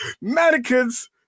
mannequins